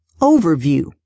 Overview